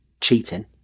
cheating